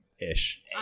ish